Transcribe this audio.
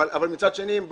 מצד שני,